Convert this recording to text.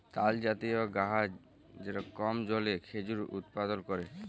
তালজাতীয় গাহাচ যেট কম জলে খেজুর উৎপাদল ক্যরে